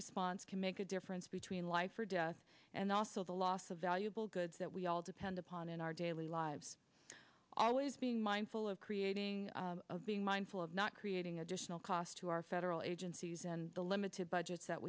response can make a difference between life or death and also the loss of valuable goods that we all depend upon in our daily lives always being mindful of creating being mindful of not creating additional cost to our federal agencies and the limited budgets that